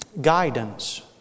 guidance